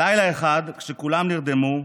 לילה אחד, כשכולם נרדמו,